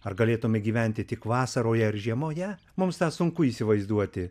ar galėtume gyventi tik vasaroje ar žiemoje mums tą sunku įsivaizduoti